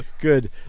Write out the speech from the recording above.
Good